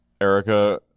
Erica